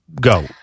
go